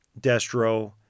Destro